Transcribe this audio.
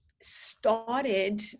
started